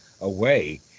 away